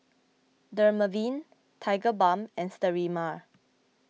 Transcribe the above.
Dermaveen Tigerbalm and Sterimar